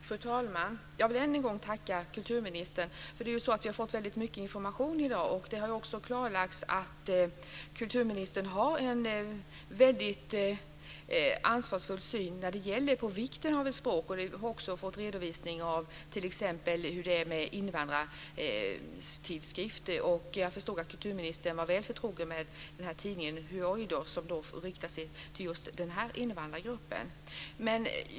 Fru talman! Jag vill än en gång tacka kulturministern, för vi har fått väldigt mycket information i dag. Det har också klarlagts att kulturministern har en väldigt ansvarsfull syn på vikten av ett språk. Vi har också fått en redovisning av hur det är med t.ex. invandrartidskrifter. Jag förstod att kulturministern var väl förtrogen med tidningen Hujådå, som riktar sig till just den assyriska invandrargruppen.